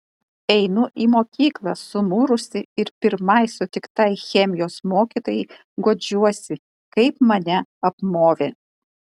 einu į mokyklą sumurusi ir pirmai sutiktai chemijos mokytojai guodžiuosi kaip mane apmovė